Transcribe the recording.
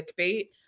clickbait